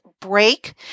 break